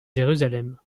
jérusalem